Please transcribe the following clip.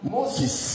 Moses